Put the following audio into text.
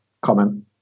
comment